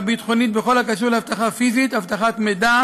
(פעולות אבטחה ימית),